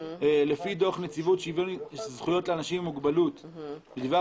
לפי דוח נציבות שוויון זכויות לאנשים עם מוגבלות בדבר